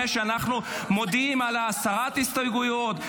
שאנחנו מודיעים על הסרת ההסתייגויות,